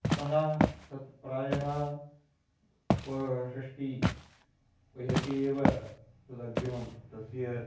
अतः तत् प्रायः उपषष्टिवयसि एव तदग्रिमं तस्य